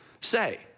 say